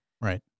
Right